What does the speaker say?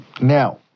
Now